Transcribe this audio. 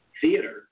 theater